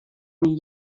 myn